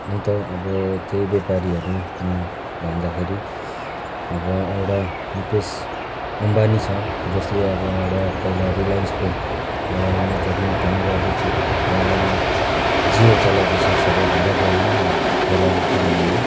अन्त अब त्यही व्यापारीहरूमा भन्दाखेरि अब एउटा मुकेश अम्बानी छ जसले अब एउटा पहिला रिलाइन्सको एउटा नेटवर्किङ काम गर्दैथ्यो र अहिले जिओ चलाउँदैछ सबै भारतभरिमा थाहा भएको कुरो हो यो